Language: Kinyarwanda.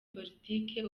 politiki